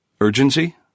Urgency